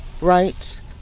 rights